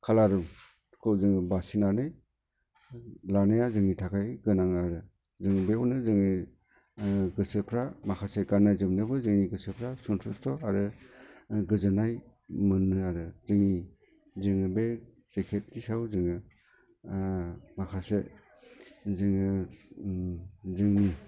कालारखौ जों बासिनानै लानाया जोंनि थाखाय गोनां आरो बेयावनो जोङो गोसोफ्रा माखासे गाननो जोमनोबो जोंनि गोसोफ्रा सनथसथ'आरो गोजोननाय मोनो आरो जोङो जोंनि बे जेकेटनि सायाव जोङो माखासे जोङो जोंनि